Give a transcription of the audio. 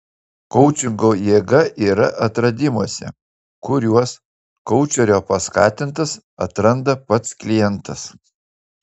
koučingo jėga yra atradimuose kuriuos koučerio paskatintas atranda pats klientas